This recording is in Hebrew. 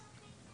אנגלית בבקשה,